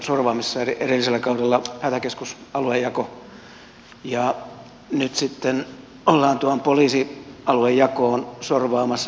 edellisellä kaudella oli hätäkeskusaluejako ja nyt sitten ollaan tuohon poliisialuejakoon sorvaamassa pelastusalueita